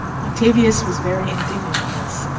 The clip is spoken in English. octavius was very indignant at this.